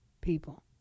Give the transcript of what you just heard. people